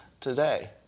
today